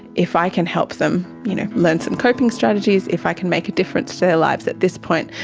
if i can help them you know learn some coping strategies, if i can make a difference to their lives at this point,